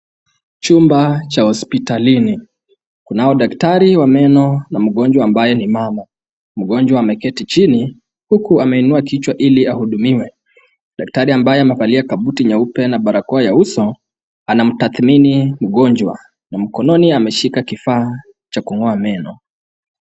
Chumba cha hospitalini. Kunao daktari wa meno na mgonjwa ambaye ni mama. Mgonjwa ameketi chini huku ameinua kichwa ili ahudumiwe. Daktari ambaye amevalia kabuti nyeupe na barakoa ya uso, anamtathmini mgonjwa. Na mkononi ameshika kifaa cha kung'oa meno.